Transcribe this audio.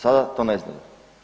Sada to ne znaju.